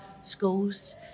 schools